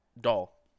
doll